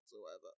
whatsoever